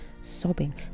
sobbing